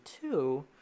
two